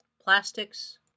plastics